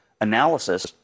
analysis